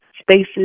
Spaces